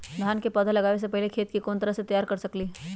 धान के पौधा लगाबे से पहिले खेत के कोन तरह से तैयार कर सकली ह?